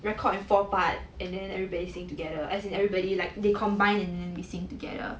record in four part and then everybody sing together as in everybody like they combined and then we sing together